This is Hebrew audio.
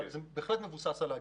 אבל זה בהחלט מבוסס על האגירה.